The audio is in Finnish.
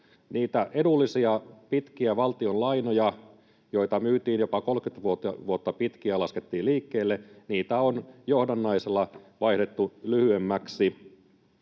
30 vuotta pitkiä valtionlainoja, joita myytiin, laskettiin liikkeelle, on johdannaisilla vaihdettu lyhyemmäksi.